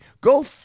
Go